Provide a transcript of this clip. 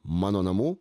mano namų